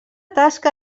tasca